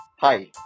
Hi